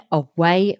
away